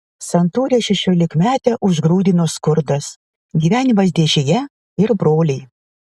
santūrią šešiolikmetę užgrūdino skurdas gyvenimas dėžėje ir broliai